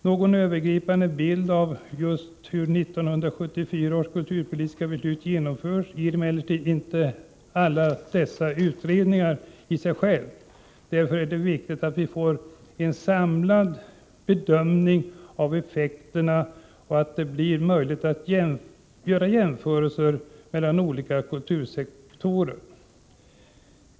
Någon övergripande bild av hur 1974 års kulturpolitiska beslut genomförts ger emellertid inte alla dessa olika utredningar och undersökningar. Det är därför viktigt att vi får en samlad bedömning av effekterna av beslutet, så att det blir möjligt att göra jämförelser mellan olika kultursektorer.